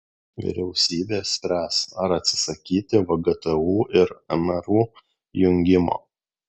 vyriausybė spręs ar atsisakyti vgtu ir mru jungimo